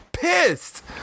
pissed